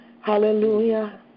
Hallelujah